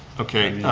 okay,